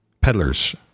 Peddlers